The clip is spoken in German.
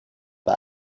bei